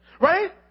Right